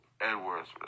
Edwards